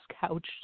couched